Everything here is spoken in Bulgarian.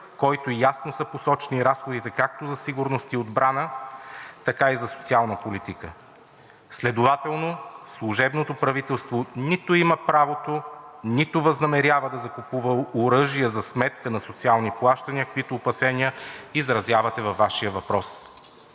в който ясно са посочени разходите както за сигурност и отбрана, така и за социална политика, следователно служебното правителство нито има правото, нито възнамерява да закупува оръжия за сметка на социални плащания, каквито опасения изразявате във Вашия въпрос.